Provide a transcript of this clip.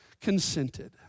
consented